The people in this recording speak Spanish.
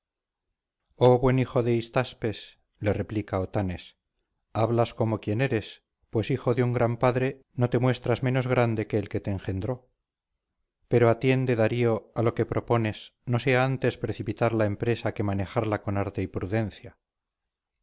buen hijo de histaspes le replica otanes hablas como quien eres pues hijo de un gran padre no te muestras menos grande que el que te engendró pero atiende darío a que lo que propones no sea antes precipitar la empresa que manejarla con arte y prudencia